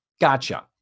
Gotcha